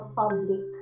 public